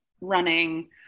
running